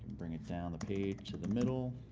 bring it down the page to the middle.